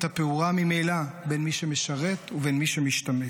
הפעורה ממילא בין מי שמשרת ובין מי שמשתמט.